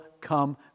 come